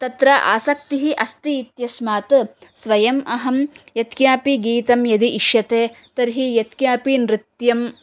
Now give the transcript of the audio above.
तत्र आसक्तिः अस्ति इत्यस्मात् स्वयम् अहं यत्किमपि गीतं यदि इष्यते तर्हि यत्किमपि नृत्यं